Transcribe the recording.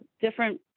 different